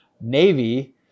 Navy